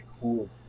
cool